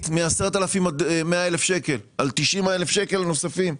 מ-10,000 עד 100,000. על 90,000 הנוספים.